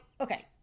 okay